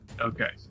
Okay